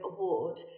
Award